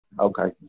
Okay